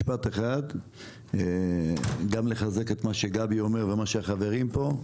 משפט אחד גם כדי לחזק את מה שגבי אומר ומה שהחברים אומרים.